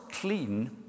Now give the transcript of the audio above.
clean